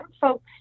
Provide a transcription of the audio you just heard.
folks